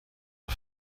are